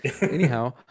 anyhow